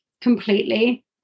completely